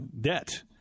debt